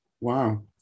wow